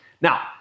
Now